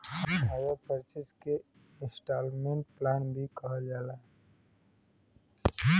hire purchase के installment plan भी कहल जाला